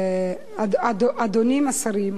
האדונים השרים,